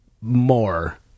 more